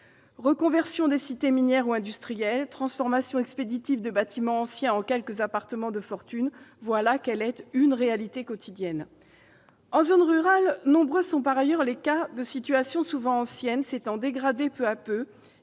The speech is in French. Reconversion de cités minières ou industrielles, transformation expéditive de bâtiments anciens en quelques appartements de fortune, voilà quelle est la réalité quotidienne. En zone rurale, nombreuses sont, par ailleurs, les situations, souvent anciennes, de dégradation